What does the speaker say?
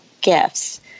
gifts